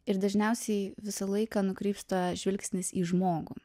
ir dažniausiai visą laiką nukrypsta žvilgsnis į žmogų